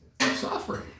suffering